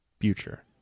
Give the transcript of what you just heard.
future